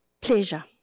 pleasure